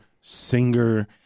singer